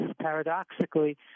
paradoxically